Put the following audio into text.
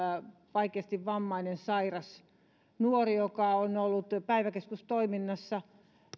vaikeasti vammainen sairas nuori joka on ollut päiväkeskustoiminnassa